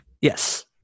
Yes